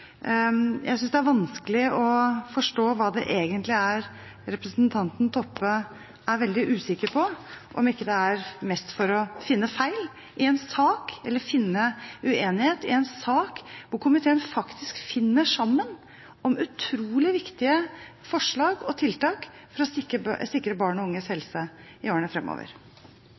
Jeg synes det er vanskelig å forstå hva det egentlig er representanten Toppe er veldig usikker på – om det ikke er mest for å finne uenighet i en sak hvor komiteen faktisk finner sammen om utrolig viktige forslag og tiltak for å sikre barn og unges helse i årene fremover.